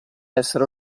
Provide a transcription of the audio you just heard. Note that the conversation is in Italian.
essere